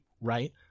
right